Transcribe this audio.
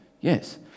yes